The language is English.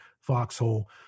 Foxhole